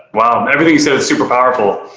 wow. everything you said is super powerful.